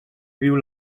viu